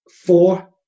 four